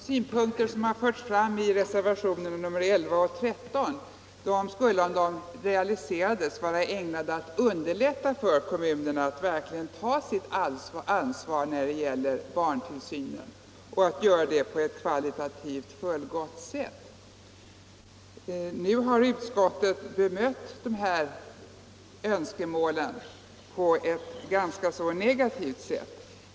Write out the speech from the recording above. Herr talman! De krav som har förts fram i reservationerna 11 och 13 skulle, om de realiserades, underlätta för kommunerna att verkligen ta sitt ansvar när det gäller barntillsynen — och göra det på ett kvalitativt fullgott sätt. Utskottet har bemött dessa önskemål på ett ganska negativt sätt.